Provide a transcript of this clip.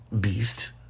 Beast